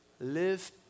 Live